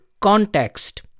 context